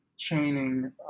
chaining